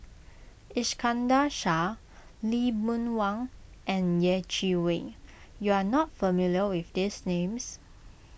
Iskandar Shah Lee Boon Wang and Yeh Chi Wei you are not familiar with these names